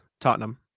Tottenham